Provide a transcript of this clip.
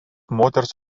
moters